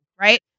right